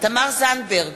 תמר זנדברג,